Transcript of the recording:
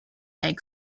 egg